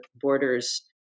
borders